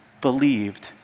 believed